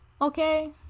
Okay